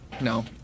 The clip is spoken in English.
no